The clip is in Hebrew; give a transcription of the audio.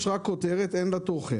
יש רק כותרת, אין לה תוכן.